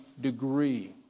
degree